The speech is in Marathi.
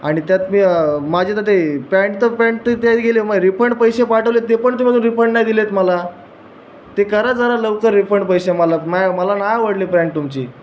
आणि त्यात बी माझी तर ती पॅन्ट तर पॅन्ट ते गेली माझी पण पैसे पाठवले ते पण तुम्ही अजून रिफंड नाही दिलेत मला ते करा जरा लवकर रिफंड पैसे मला मला नाही आवडली पॅन्ट तुमची